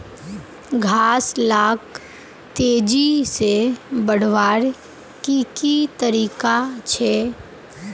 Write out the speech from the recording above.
घास लाक तेजी से बढ़वार की की तरीका छे?